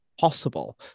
possible